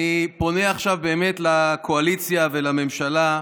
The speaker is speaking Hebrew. אני פונה עכשיו באמת לקואליציה ולממשלה,